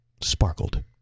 sparkled